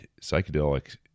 psychedelic